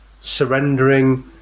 surrendering